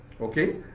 okay